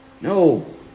No